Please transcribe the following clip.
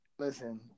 listen